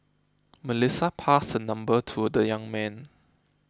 Melissa passed her number to the young man